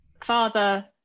father